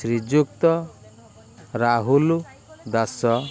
Shriyukta Rahul Das